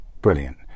Brilliant